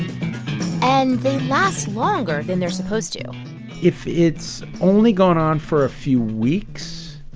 and they last longer than they're supposed to if it's only going on for a few weeks,